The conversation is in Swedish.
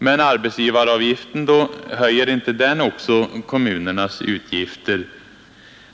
Men arbetsgivaravgiften då, höjer inte den också kommunernas utgifter?